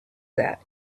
that